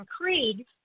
Creed